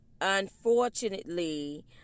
unfortunately